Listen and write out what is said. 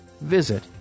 visit